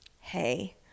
hey